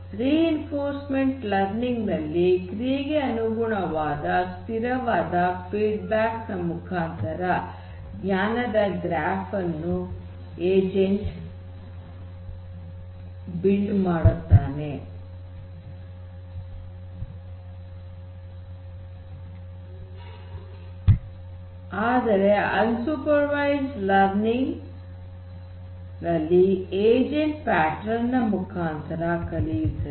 reinforcement learning ನಲ್ಲಿ ಕ್ರಿಯೆಗೆ ಅನುಗುಣವಾಗಿ ಸ್ಥಿರವಾದ ಫೀಡ್ ಬ್ಯಾಕ್ ನ ಮುಖಾಂತರ ಜ್ಞಾನದ ಗ್ರಾಫ್ ಅನ್ನು ಏಜೆಂಟ್ ನಿರ್ಮಿಸುತ್ತದ ಆದರೆ ಅನ್ ಸೂಪರ್ ವೈಸ್ಡ್ ಲರ್ನಿಂಗ್ ನಲ್ಲಿ ಏಜೆಂಟ್ ಪ್ಯಾಟರ್ನ್ ನ ಮುಖಾಂತರ ಕಲಿಯುತ್ತದೆ